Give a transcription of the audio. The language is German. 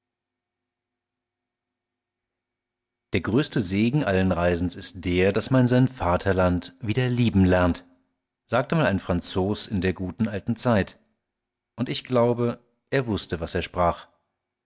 der größte segen alles reisens ist der daß man sein vaterland wieder lieben lernt sagte mal ein franzos in der guten alten zeit und ich glaube er wußte was er sprach